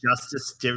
justice